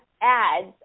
ads